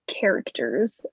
characters